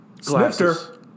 Snifter